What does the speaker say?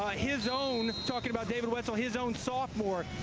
ah his own talking about david wetzel, his own sophomore,